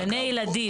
גני ילדים.